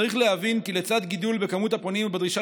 צריך להבין כי לצד גידול במספר הפונים ובדרישה